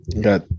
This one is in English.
got